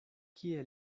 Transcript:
kie